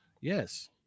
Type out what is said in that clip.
Yes